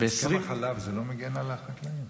ב-20 הסכם החלב לא מגן על החקלאים?